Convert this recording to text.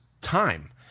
time